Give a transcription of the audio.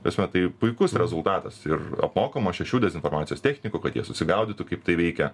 tasme tai puikus rezultatas ir apmokama šešių dezinformacijos technikų kad jie susigaudytų kaip tai veikia